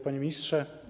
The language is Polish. Panie Ministrze!